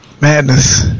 madness